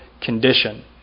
condition